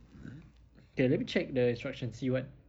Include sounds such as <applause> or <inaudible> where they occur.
<noise> okay let me check the instructions see what